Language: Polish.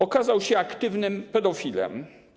Okazał się aktywnym pedofilem.